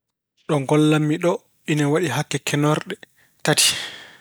Ɗo ngollammi ɗoo, ina waɗi hakke kenorɗe tati.